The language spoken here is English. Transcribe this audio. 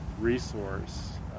resource